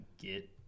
get